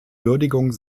würdigung